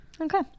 Okay